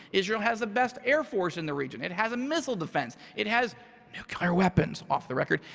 israel has the best air force in the region. it has a missile defense. it has nuclear weapons. off the record.